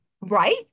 Right